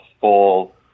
full